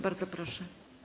Bardzo proszę.